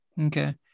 Okay